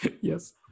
Yes